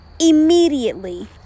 immediately